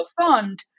fund